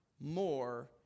more